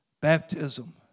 Baptism